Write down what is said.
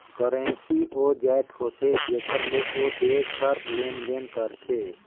currency ओ जाएत होथे जेकर ले ओ देस हर लेन देन करथे